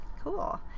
Cool